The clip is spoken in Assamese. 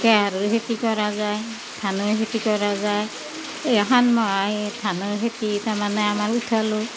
বেহাৰৰ খেতি কৰা যায় ধানৰ খেতি কৰা যায় এই শাওণ মাহ এই ধানৰ খেতি তাৰমানে আমাৰ উঠালোঁ